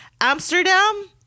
Amsterdam